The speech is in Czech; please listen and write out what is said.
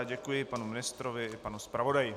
Děkuji panu ministrovi i panu zpravodaji.